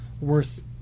worth